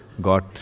got